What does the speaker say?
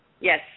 Yes